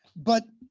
but